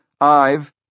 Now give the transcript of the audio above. Ive